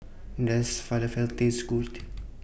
Does Falafel Taste Good